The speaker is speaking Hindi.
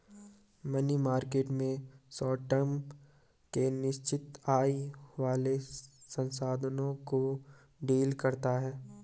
मनी मार्केट में शॉर्ट टर्म के निश्चित आय वाले साधनों को डील करता है